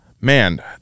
Man